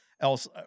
Else